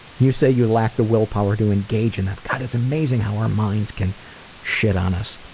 you say you lack the willpower to engage in them. god, it's amazing how our minds can shit on us.